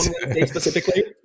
specifically